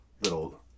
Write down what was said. little